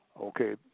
Okay